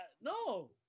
No